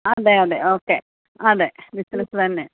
അതെയതെ ഓക്കെ അതെ ബിസിനസ്സ് തന്നെ